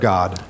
God